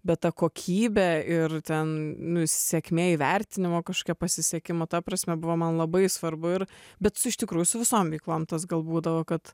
bet ta kokybė ir ten sėkmė įvertinimo kažkokia pasisekimo ta prasme buvo man labai svarbu ir bet iš tikrųjų su visom veiklom tas gal būdavo kad